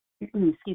excuse